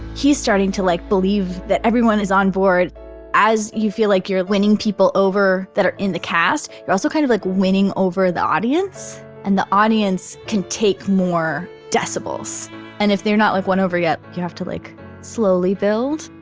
he's starting to like believe that everyone is onboard as you feel like you're like winning people over that are in the cast, you're also kind of like winning over the audience and the audience can take more decibels. and if they're not like won over yet you have to like slowly build,